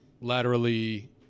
laterally